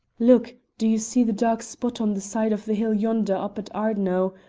look! do you see the dark spot on the side of the hill yonder up at ardno?